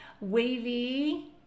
wavy